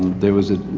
there was a,